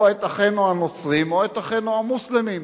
או את אחינו הנוצרים או את אחינו המוסלמים,